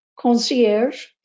Concierge